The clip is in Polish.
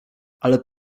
ale